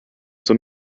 zur